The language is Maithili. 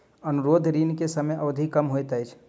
अनुरोध ऋण के समय अवधि कम होइत अछि